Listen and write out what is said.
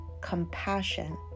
compassion